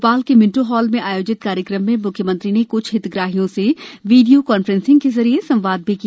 भोपाल के Minto Hall में आयोजित कार्यक्रम में म्ख्यमंत्री ने कृछ हितग्राहियों से वीडियो कान्फ्रेंसिंग के जरिये संवाद भी किया